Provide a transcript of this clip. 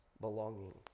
belonging